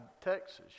Texas